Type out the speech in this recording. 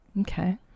Okay